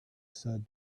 said